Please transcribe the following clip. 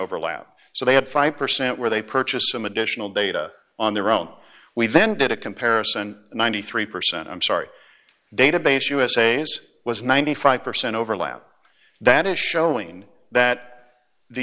overlap so they had five percent where they purchased some additional data on their own we then did a comparison ninety three percent i'm sorry database usas was ninety five percent overlap that is showing that the